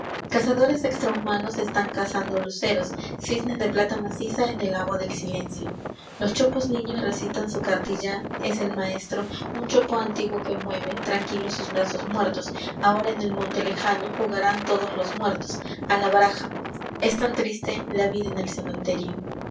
cazadores extrahumanos están cazando luceros cisnes de plata maciza en el agua del silencio los chopos niños recitan su cartilla es el maestro un chopo antiguo que mueve tranquilo sus brazos muertos ahora en el monte lejano jugarán todos los muertos a la baraja es tan triste la vida en el cementerio